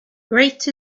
great